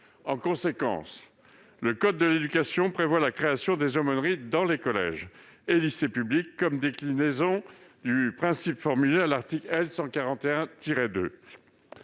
En conséquence, le code de l'éducation prévoit la création des aumôneries dans les collèges et lycées publics comme déclinaison du principe formulé à l'article L. 141-2.